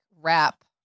wrap